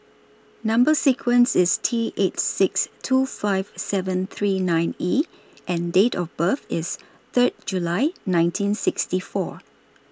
Number sequence IS T eight six two five seven three nine E and Date of birth IS Third July nineteen sixty four